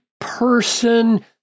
person